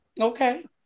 okay